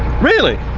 really?